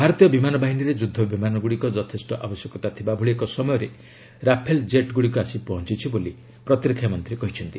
ଭାରତୀୟ ବିମାନ ବାହିନୀରେ ଯୁଦ୍ଧ ବିମାନଗୁଡ଼ିକର ଯଥେଷ୍ଟ ଆବଶ୍ୟକତା ଥିବା ଭଳି ଏକ ସମୟରେ ରାଫେଲ୍ ଜେଟ୍ ଗୁଡ଼ିକ ଆସି ପହଞ୍ଚିଛି ବୋଲି ପ୍ରତିରକ୍ଷା ମନ୍ତ୍ରୀ କହିଛନ୍ତି